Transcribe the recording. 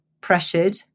pressured